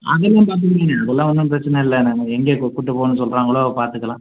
அதெல்லாம் பார்த்துக்குறேண்ணே அதெல்லாம் ஒன்றும் பிரச்சனை இல்லைண்ணே எங்கே கூட்டி போகணுன்னு சொல்கிறாங்களோ பார்த்துக்கலாம்